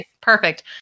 Perfect